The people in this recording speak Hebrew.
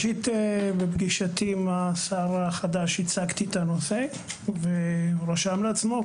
בפגישתי עם השר החדש הצגתי את הנושא והוא רשם לעצמו.